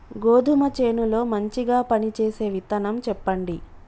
గోధుమ చేను లో మంచిగా పనిచేసే విత్తనం చెప్పండి?